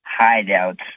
hideouts